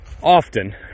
often